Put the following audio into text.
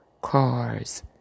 cars